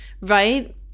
right